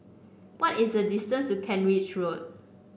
what is the distance to Kent Ridge Road